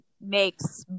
makes